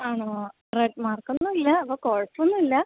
ആണോ red mark ഒന്നും ഇല്ല അപ്പം കുഴപ്പം ഒന്നും ഇല്ല